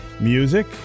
music